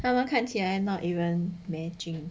他们看起来 not even matching